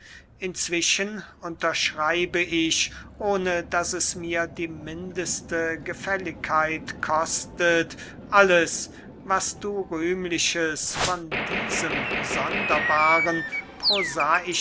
inzwischen unterschreibe ich ohne daß es mir die mindeste gefälligkeit kostet alles was du rühmliches von diesem sonderbaren